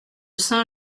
saint